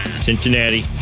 Cincinnati